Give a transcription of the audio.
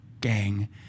gang